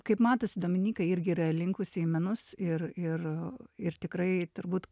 kaip matosi dominyka irgi yra linkusi į menus ir ir a ir tikrai turbūt